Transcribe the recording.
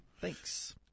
Thanks